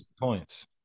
points